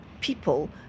people